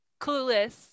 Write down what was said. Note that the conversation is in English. clueless